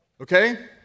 Okay